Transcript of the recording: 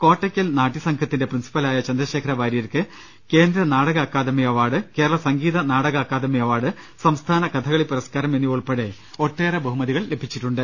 കോട്ടയ്ക്കൽ നാട്യസംഘത്തിന്റെ പ്രിൻസിപ്പലായ ചന്ദ്രശേഖര വാര്യർക്ക് കേന്ദ്ര നാടക അക്കാദമി അവാർഡ് കേരള സംഗീത നാടക അക്കാദമി അവാർഡ് സംസ്ഥാന കഥകളി പുരസ്കാരം എന്നിവ ഉൾപ്പെടെ ഒട്ടേറെ ബഹുമ തികൾ ലഭിച്ചിട്ടുണ്ട്